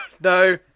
no